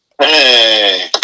Hey